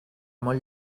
molt